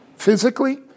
physically